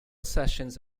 sessions